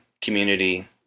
community